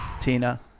Tina